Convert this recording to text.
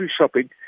shopping